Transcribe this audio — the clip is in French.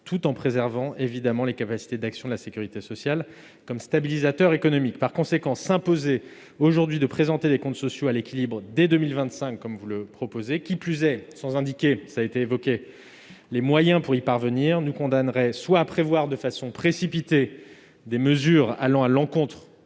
tout en préservant évidemment les capacités d'action de la sécurité sociale comme stabilisateur économique. Par conséquent, s'imposer de présenter des comptes sociaux à l'équilibre dès 2025, comme vous le proposez- qui plus est sans indiquer les moyens permettant d'y parvenir -nous condamnerait soit à prévoir de façon précipitée des mesures allant à l'encontre